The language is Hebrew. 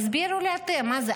תסבירו לי אתם מה זה,